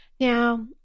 Now